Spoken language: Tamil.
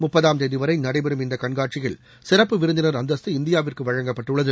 முப்பதாம் தேதிவரை நடைபெறும் இந்த கண்காட்சியில் சிறப்பு விருந்தினர் அந்தஸ்து இந்தியாவிற்கு வழங்கப்பட்டுள்ளது